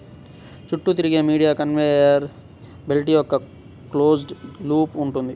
చుట్టూ తిరిగే medium conveyor belt యొక్క క్లోజ్డ్ లూప్ ఉంటుంది